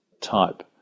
type